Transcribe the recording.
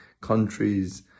countries